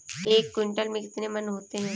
एक क्विंटल में कितने मन होते हैं?